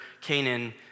Canaan